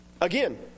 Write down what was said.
Again